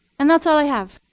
and that's all i have.